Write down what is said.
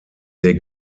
der